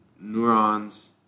neurons